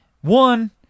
One